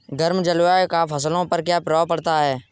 गर्म जलवायु का फसलों पर क्या प्रभाव पड़ता है?